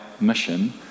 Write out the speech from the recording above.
mission